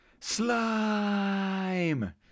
Slime